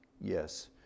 Yes